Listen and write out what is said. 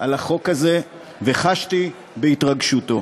הזה וחשתי בהתרגשותו.